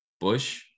bush